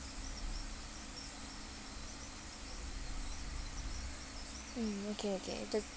mm okay okay that